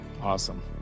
Awesome